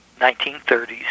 1930s